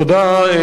אדוני השר,